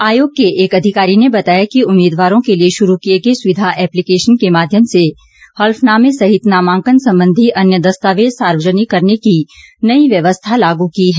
आयोग के एक अधिकारी ने बताया कि उम्मीदवारों के लिए शुरू किए गए सुविधा एप्लीकेशन के माध्यम से हलफनामे सहित नामांकन संबंधी अन्य दस्तावेज सार्वजनिक करने की नई व्यवस्था लागू की है